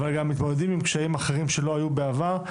אבל גם מתמודדים עם קשיים אחרים שלא היו בעבר,